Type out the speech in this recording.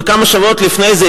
וכמה שבועות לפני זה,